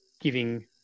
giving –